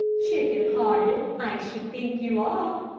chicken-hearted i should think you are,